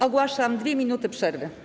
Ogłaszam 2 minuty przerwy.